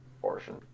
portion